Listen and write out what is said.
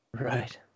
right